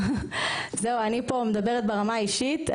זהו, אני פה מדברת ברמה האישית.